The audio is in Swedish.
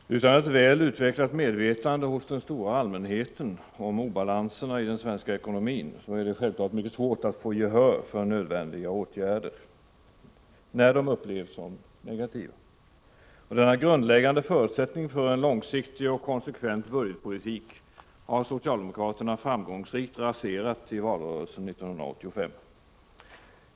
Fru talman! Utan ett väl utvecklat medvetande hos den stora allmänheten om obalanserna i den svenska ekonomin är det självfallet mycket svårt att få gehör för nödvändiga åtgärder när de upplevs som negativa. Denna grundläggande förutsättning för en långsiktig och konsekvent budgetpolitik har socialdemokraterna framgångsrikt raserat i valrörelsen 1985.